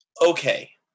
Okay